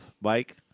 Mike